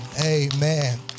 Amen